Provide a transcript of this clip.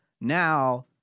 now